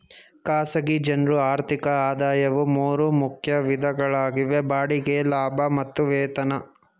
ಖಾಸಗಿ ಜನ್ರು ಆರ್ಥಿಕ ಆದಾಯವು ಮೂರು ಮುಖ್ಯ ವಿಧಗಳಾಗಿವೆ ಬಾಡಿಗೆ ಲಾಭ ಮತ್ತು ವೇತನ